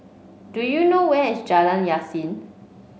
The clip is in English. do you know where is Jalan Yasin